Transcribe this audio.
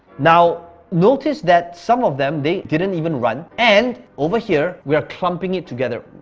now notice that some of them, they didn't even run. and over here we are clumping it together.